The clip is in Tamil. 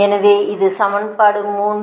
எனவே இது சமன்பாடு 3